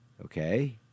Okay